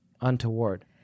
untoward